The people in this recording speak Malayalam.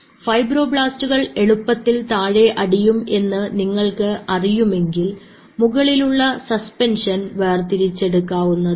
ഫൈബ്രോബ്ലാസ്റ്റുകൾ എളുപ്പത്തിൽ താഴെ അടിയും എന്ന് നിങ്ങൾക്ക് അറിയുമെങ്കിൽ മുകളിലുള്ള സസ്പെൻഷൻ വേർതിരിച്ചെടുക്കാവുന്നതാണ്